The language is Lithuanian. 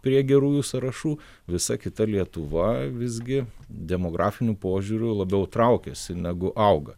prie gerųjų sąrašų visa kita lietuva visgi demografiniu požiūriu labiau traukiasi negu auga